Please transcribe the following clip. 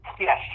Yes